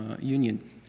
Union